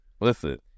Listen